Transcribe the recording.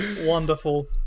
wonderful